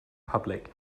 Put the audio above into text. public